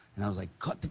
and i was like cut